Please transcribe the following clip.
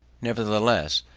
nevertheless,